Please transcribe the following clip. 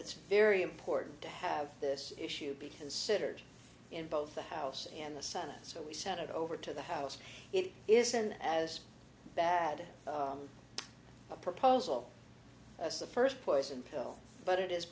it's very important to have this issue be considered in both the house and the senate so we sent it over to the house it isn't as bad a proposal as the first poison pill but it is